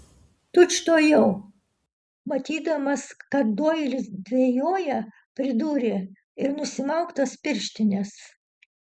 tučtuojau matydamas kad doilis dvejoja pridūrė ir nusimauk tas pirštines